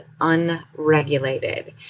unregulated